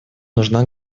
нужна